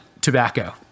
tobacco